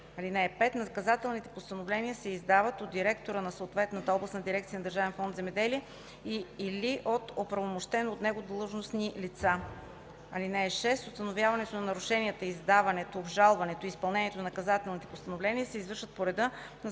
(5) Наказателните постановления се издават от директора на съответната областна дирекция на Държавен фонд „Земеделие” или от оправомощени от него длъжностни лица. (6) Установяването на нарушенията, издаването, обжалването и изпълнението на наказателните постановления се извършват по реда на Закона